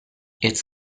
its